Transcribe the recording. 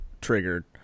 triggered